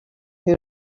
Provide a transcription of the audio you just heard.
who